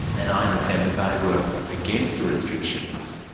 and i understand that they were against the restrictions.